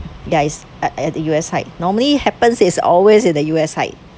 it's at at the U_S side normally happens IT'S always at the U_S side